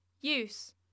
Use